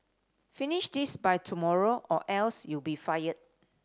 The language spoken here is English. finish this by tomorrow or else you'll be fired